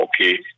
okay